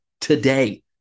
Today